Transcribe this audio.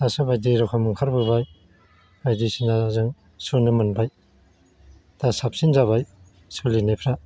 दासो बायदि रखम ओंखारबोबाय बायदिसिनाजों सुनो मोनबाय दा साबसिन जाबाय सोलिनायफ्रा